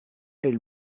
elle